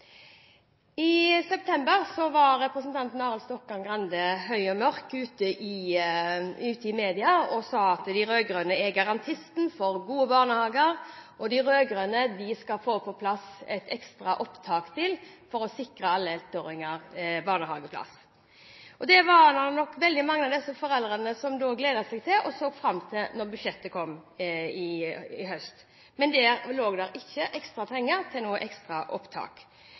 I september var representanten Arild Stokkan-Grande høy og mørk ute i media og sa at de rød-grønne er garantisten for gode barnehager, og at de rød-grønne skal få på plass et ekstra opptak for å sikre alle ettåringer barnehageplass. Det var nok veldig mange av foreldrene som gledet seg til dette, og så fram til det da budsjettet kom i høst. Men der lå det ikke penger til noe ekstra opptak.